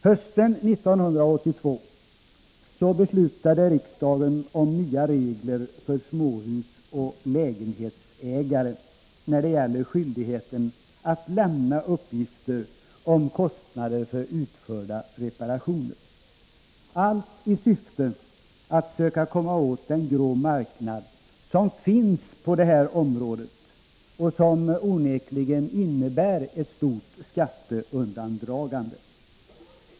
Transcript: Hösten 1982 beslutade riksdagen om nya regler för småhusoch lägenhetsägare när det gäller skyldigheten att lämna uppgifter om kostnader för utförda reparationer, allt i syfte att söka komma åt den grå marknad som finns på det här området och som onekligen innebär ett stort skatteundandragande.